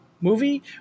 movie